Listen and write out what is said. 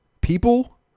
people